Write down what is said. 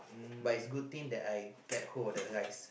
but is good thing that I get hold of the rice